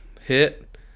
hit